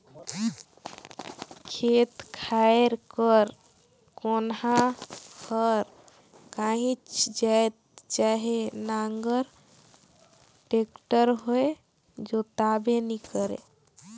खेत खाएर कर कोनहा हर काहीच जाएत चहे ओ नांगर, टेक्टर होए जोताबे नी करे